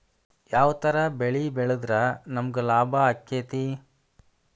ಯಾವ ತರ ಬೆಳಿ ಬೆಳೆದ್ರ ನಮ್ಗ ಲಾಭ ಆಕ್ಕೆತಿ?